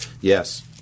Yes